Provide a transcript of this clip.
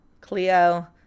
Cleo